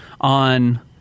on